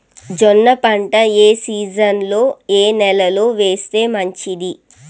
జొన్న పంట ఏ సీజన్లో, ఏ నెల లో వేస్తే మంచిది?